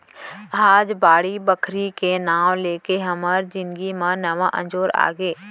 आज बाड़ी बखरी के नांव लेके हमर जिनगी म नवा अंजोर आगे